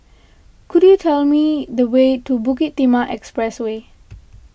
could you tell me the way to Bukit Timah Expressway